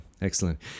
Excellent